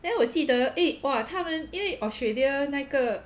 then 我记得 eh !whoa! 他们因为 australia 那个